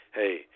hey